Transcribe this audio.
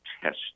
test